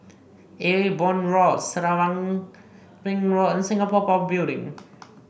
Ewe Boon Road Selarang Ring Road and Singapore Power Building